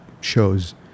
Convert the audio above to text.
shows